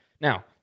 Now